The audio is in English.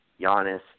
Giannis